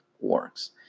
works